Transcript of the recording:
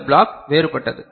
இந்த பிளாக் வேறுபட்டது